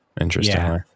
Interestingly